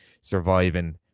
surviving